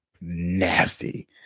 nasty